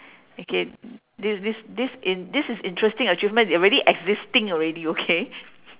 okay this this this in this is interesting achievement already existing already okay